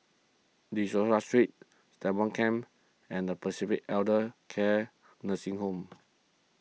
De Souza Street Stagmont Camp and Pacific Elder Care Nursing Home